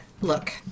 Look